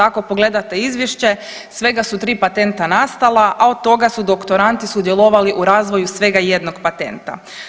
Ako pogledate izvješće svega su tri patenta nastala, a od toga su doktoranti sudjelovali u razvoju svega jednog patenta.